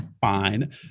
fine